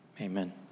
Amen